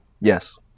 Yes